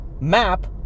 map